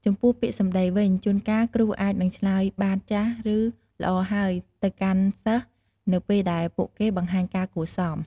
ចំពោះពាក្យសម្ដីវិញ ជួនកាល គ្រូអាចនឹងឆ្លើយ បាទ ចាស ឬ ល្អហើយទៅកាន់សិស្ស នៅពេលដែលពួកគេបង្ហាញការគួរសម។